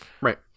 right